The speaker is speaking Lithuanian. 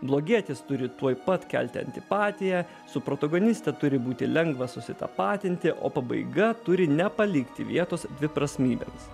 blogietis turi tuoj pat kelti antipatiją su protagoniste turi būti lengva susitapatinti o pabaiga turi nepalikti vietos dviprasmybėms